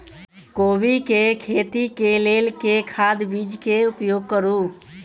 कोबी केँ खेती केँ लेल केँ खाद, बीज केँ प्रयोग करू?